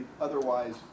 otherwise